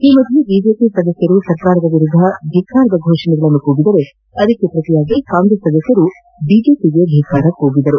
ಈ ಮಧ್ಯೆ ಬಿಜೆಪಿ ಸದಸ್ಯರು ಸರ್ಕಾರದ ವಿರುದ್ದ ಧಿಕ್ಕಾರದ ಘೋಷಣೆಗಳನ್ನು ಕೂಗಿದರೆ ಅದಕ್ಕೆ ಪ್ರತಿಯಾಗಿ ಕಾಂಗ್ರೆಸ್ ಸದಸ್ಯರು ಬಿಜೆಪಿಗೆ ಧಿಕ್ಕಾರ ಕೂಗಿದರು